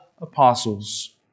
apostles